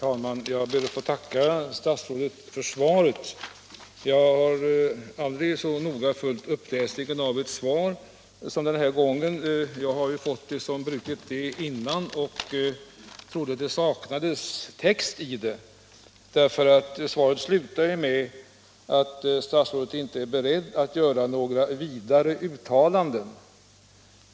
Herr talman! Jag ber att få tacka statsrådet för svaret. Aldrig har jag så noga följt uppläsningen av ett svar som den här gången. Som brukligt är har jag fått det i förväg, och jag trodde att det saknades text i det; svaret slutar ju med att statsrådet inte är ”beredd att göra några vidare uttalanden”.